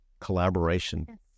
collaboration